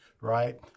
right